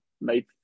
made